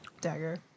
dagger